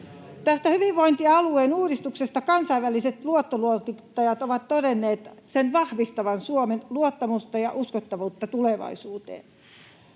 Tästä hyvinvointialueuudistuksesta kansainväliset luottoluokittajat ovat todenneet, että se vahvistaa Suomen luottamusta ja uskottavuutta tulevaisuudessa.